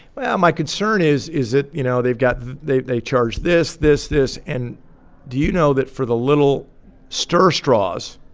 well, my concern is is that, you know, they've got they charge this, this, this. and do you know that, for the little stir straws,